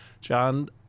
John